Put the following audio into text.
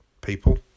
people